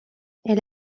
elle